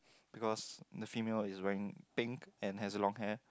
because the female is wearing pink and has a long hair